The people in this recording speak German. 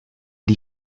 die